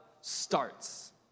starts